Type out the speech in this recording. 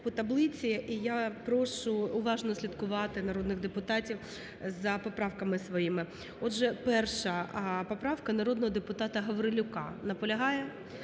по таблиці, і я прошу уважно слідкувати народних депутатів за поправками своїми. Отже, перша поправка народного депутата Гаврилюка. Наполягає?